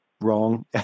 wrong